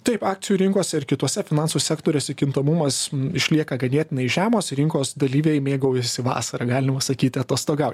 taip akcijų rinkose ir kituose finansų sektoriuose kintamumas išlieka ganėtinai žemas rinkos dalyviai mėgaujasi vasara galima sakyti atostogau